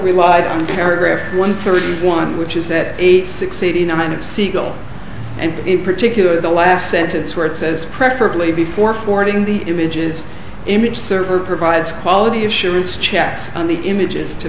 relied paragraphs one thirty one which is that eight six eighty nine of siegel and in particular the last sentence where it says preferably before forwarding the images image server provides quality assurance checks on the images to